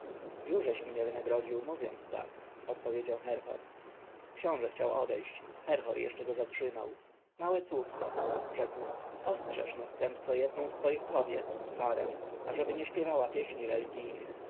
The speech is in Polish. mnie wynagrodził mówiąc tak odpowiedział herhor książę chciał odejść herhor jeszcze go zatrzymał małe słówko rzekł ostrzeż następco jedną z twych kobiet sarę ażeby nie śpiewała pieśni religijnych